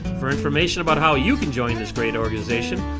for information about how you can join this great organization,